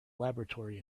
laboratory